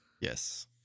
Yes